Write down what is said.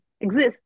exist